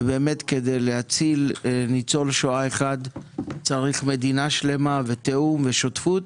כדי להציל ניצול שואה אחד צריך מדינה שלמה ותיאום ושותפות.